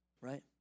right